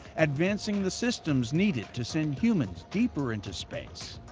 advancing the systems needed to send humans deeper into space,